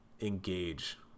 engage